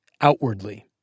outwardly